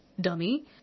dummy